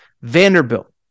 Vanderbilt